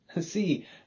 see